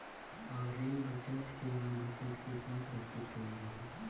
अब rail budget के आम बजट के साथ प्रसतुत कईल जाला